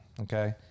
Okay